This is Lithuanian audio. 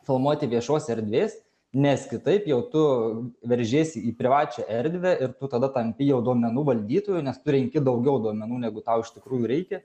filmuoti viešos erdvės nes kitaip jau tu veržiesi į privačią erdvę ir tu tada tampi jau duomenų valdytoju nes tu renki daugiau duomenų negu tau iš tikrųjų reikia